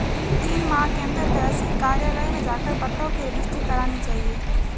तीन माह के अंदर तहसील कार्यालय में जाकर पट्टों की रजिस्ट्री करानी चाहिए